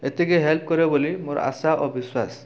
ଏତିକି ହେଲ୍ପ୍ କରିବ ବୋଲି ମୋର ଆଶା ଓ ବିଶ୍ୱାସ